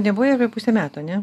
nebuvai apie pusę metų ane